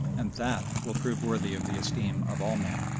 and that will prove worthy of the esteem of all men.